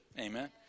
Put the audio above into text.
amen